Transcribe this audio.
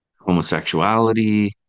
homosexuality